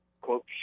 quote